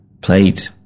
played